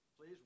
please